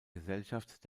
gesellschaft